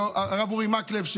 לרב אורי מקלב,